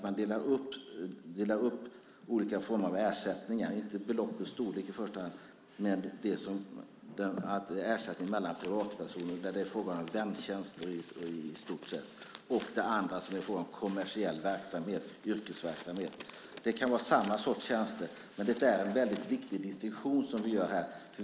Man delar nämligen upp olika former av ersättningar - inte efter belopp och storlek i första hand men efter vad som i stort sett kan ses som väntjänster och vad som är fråga om kommersiell verksamhet eller yrkesverksamhet. Det kan vara samma sorts tjänster, men distinktionen är väldigt viktig.